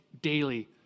Daily